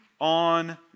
on